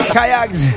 Kayaks